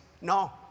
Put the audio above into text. No